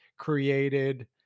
created